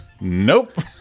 Nope